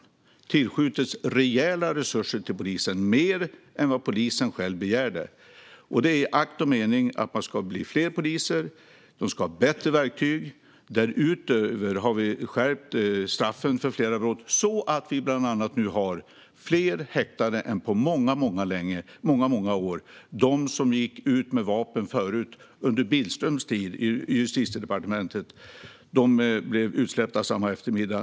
Det har tillskjutits rejäla resurser till polisen, mer än polisen själv begärde. Det är i akt och mening att det ska bli fler poliser, och de ska ha bättre verktyg. Därutöver har vi skärpt straffen för flera brott så att vi bland annat har fler häktade än på många år. De som gick ut med vapen under Billströms tid i Justitiedepartementet blev utsläppta samma eftermiddag.